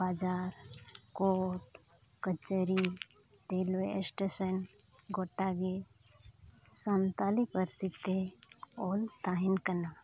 ᱵᱟᱡᱟᱨ ᱠᱳᱴ ᱠᱟᱪᱷᱟᱹᱨᱤ railway station ᱜᱚᱴᱟᱜᱮ ᱥᱟᱱᱛᱟᱞᱤ ᱯᱟᱹᱨᱥᱤᱛᱮ ᱚᱞ ᱛᱟᱦᱮᱱ ᱠᱟᱱᱟ